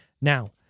Now